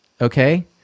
Okay